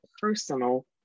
personal